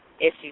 Issues